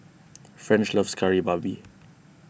French loves Kari Babi